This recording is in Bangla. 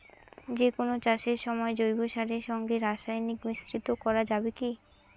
যে কোন চাষের সময় জৈব সারের সঙ্গে রাসায়নিক মিশ্রিত করা যাবে কি?